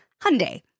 Hyundai